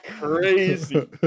crazy